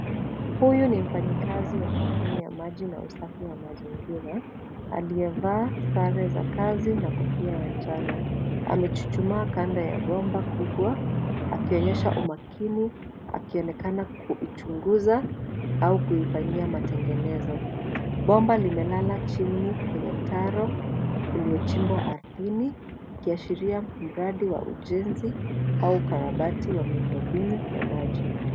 Huyu ni mfanyakazi wa kampuni ya maji na usafi wa mazingira aliyevaa sare za kazi na kofia ya njano. Amechuchumaa kando ya bomba kubwa akionyesha umakini akionekana kuichunguza au kuifanyia matengenezo. Bomba limelala chini kwenye mtaro uliochimbwa ardhini ukiashiria mradi wa ujenzi au ukarabati wa miundombinu ya maji.